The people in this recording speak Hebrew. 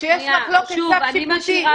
כשיש מחלוקת צו שיפוטי.